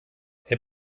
herr